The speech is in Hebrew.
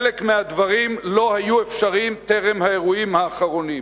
חלק מהדברים לא היו אפשריים טרם האירועים האחרונים